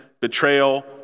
betrayal